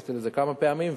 התייחסתי לזה כמה פעמים,